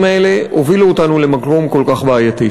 האלה הובילו אותנו למקום כל כך בעייתי.